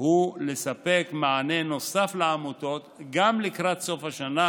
הוא לספק מענה נוסף לעמותות, גם לקראת סוף השנה,